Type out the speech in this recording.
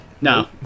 No